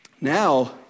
Now